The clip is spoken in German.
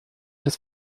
des